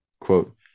quote